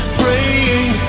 praying